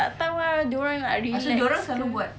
tak tahu ah dia orang nak relax ke